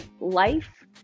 life